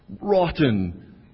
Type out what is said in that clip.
rotten